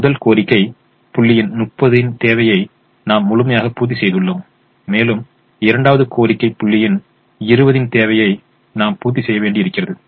முதல் கோரிக்கை புள்ளியின் 30 தேவையை நாம் முழுமையாக பூர்த்தி செய்துள்ளோம் மேலும் இரண்டாவது கோரிக்கை புள்ளியின் 20 தேவையை நாம் பூர்த்தி செய்ய வேண்டி இருக்கிறது